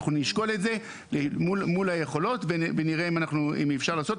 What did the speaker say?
אנחנו נשקול את זה מול היכולות ונראה אם אפשר לעשות,